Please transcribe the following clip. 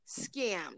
scammed